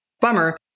bummer